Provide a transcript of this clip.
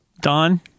Don